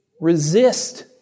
Resist